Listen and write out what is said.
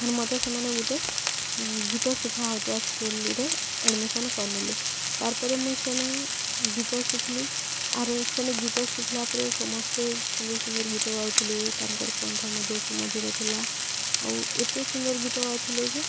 ଆରେ ମତେ ସେମାନେ ଗୋଟେ ଗୀତ ଶିଖା ହଉଥିବା ସ୍କୁଲରେ ଆଡ଼ମିସନ କରିନେଲେ ତାର୍ ପରେ ମୁଇଁ ସେନେ ଗୀତ ଶିଖିଲି ଆରେ ସେନେ ଗୀତ ଶିଖିଲା ପରେ ସମସ୍ତେ ସୁନ୍ଦର ସୁନ୍ଦର ଗୀତ ଗାଉଥିଲେ ତାଙ୍କର କଣ୍ଠ ମଧ୍ୟ ସୁମଧୁର ଥିଲା ଆଉ ଏତେ ସୁନ୍ଦର ଗୀତ ଗାଉଥିଲେ ଯେ